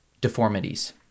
deformities